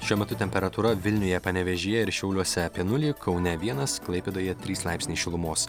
šiuo metu temperatūra vilniuje panevėžyje ir šiauliuose apie nulį kaune vienas klaipėdoje trys laipsniai šilumos